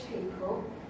people